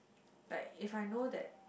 like if I know that